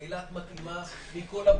אילת מתאימה מכל הבחינות,